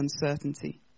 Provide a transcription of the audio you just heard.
uncertainty